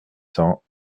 cents